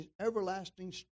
Everlasting